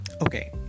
okay